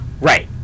right